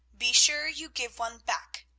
be sure you give one back.